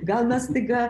gal mes staiga